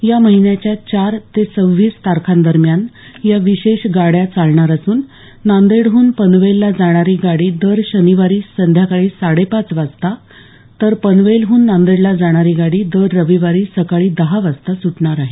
या महिन्याच्या चार ते सव्वीस तारखांदरम्यान या विशेष गाड्या चालणार असून नांदेडहून पनवेलला जाणारी गाडी दर शनिवारी संध्याकाळी साडेपाच वाजता तर पनवेलहून नांदेडला जाणारी गाडी दर रविवारी सकाळी दहा वाजता सुटणार आहे